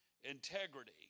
integrity